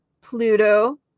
Pluto